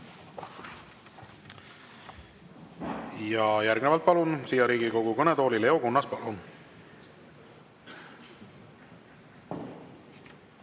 Järgnevalt palun siia Riigikogu kõnetooli Leo Kunnase. Palun!